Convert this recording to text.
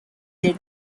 their